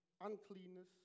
uncleanness